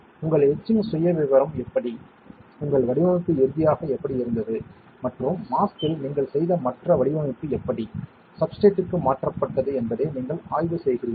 உங்கள் எச்சிங் சுயவிவரம் எப்படி உங்கள் வடிவமைப்பு இறுதியாக எப்படி இருந்தது மற்றும் மாஸ்க்கில் நீங்கள் செய்த மற்ற வடிவமைப்பு எப்படி சப்ஸ்ட்ரேட்க்கு மாற்றப்பட்டது என்பதை நீங்கள் ஆய்வு செய்கிறீர்கள்